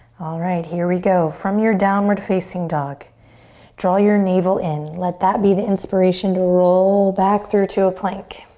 alright, here we go. from your downward facing dog draw your navel in, let that be the inspiration to roll back through to a plank.